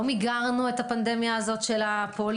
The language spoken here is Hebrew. לא מיגרנו את הפנדמניה הזו של הפוליו.